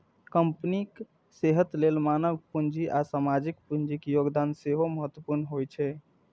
कंपनीक सेहत लेल मानव पूंजी आ सामाजिक पूंजीक योगदान सेहो महत्वपूर्ण होइ छै